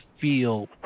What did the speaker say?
feel